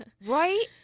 right